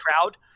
crowd